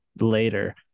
later